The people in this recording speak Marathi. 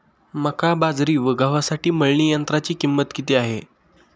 मका, बाजरी व गव्हासाठी मळणी यंत्राची किंमत किती आहे?